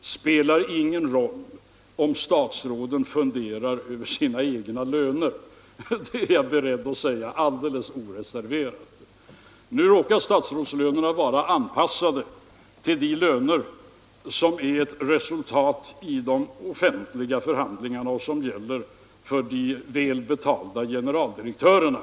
spelar någon roll i statsrådens eventuella funderingar över sina egna löner. Det är jag beredd att säga alldeles oreserverat. Nu råkar statsrådslönerna vara anpassade till de löner som är ett resultat av de offentliga förhandlingarna och som gäller för de väl betalda generaldirektörerna.